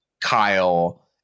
Kyle